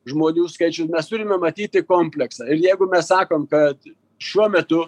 žmonių skaičius mes turime matyti kompleksą ir jeigu mes sakom kad šiuo metu